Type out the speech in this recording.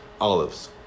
olives